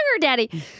daddy